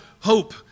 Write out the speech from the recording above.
hope